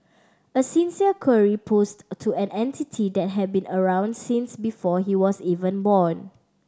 a sincere query posed to an entity that have been around since before he was even born